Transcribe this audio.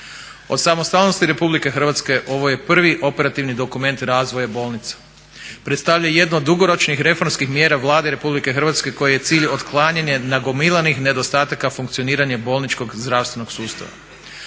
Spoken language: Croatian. Od samostalnosti RH ovo je prvi operativni dokument razvoja bolnica. Predstavlja jednu od dugoročnih reformskih mjera Vlade RH kojoj je cilj otklanjanje nagomilanih nedostataka funkcioniranja bolničkog zdravstvenog sustava.